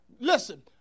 Listen